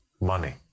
money